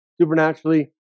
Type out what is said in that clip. supernaturally